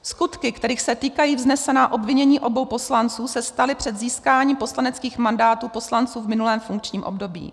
Skutky, kterých se týkají vznesená obvinění obou poslanců, se staly před získáním poslaneckých mandátů poslanců v minulém funkčním období.